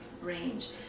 range